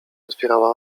otwierała